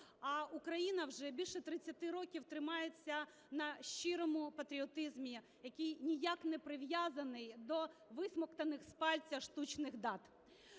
А Україна вже більше 30 років тримається на щирому патріотизмі, який ніяк не прив'язаний до висмоктаних з пальця штучних дат.